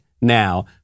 now